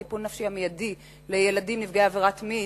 על טיפול נפשי מיידי לילדים נפגעי עבירת מין,